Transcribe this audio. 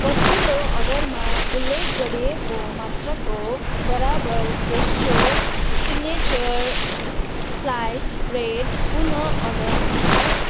पछिल्लो अर्डरमा उल्लेख गरिएको मात्राको बराबर फ्रेसो सिग्नेचर स्लाइस्ड ब्रेड पुन अर्डर गर्नुहोस्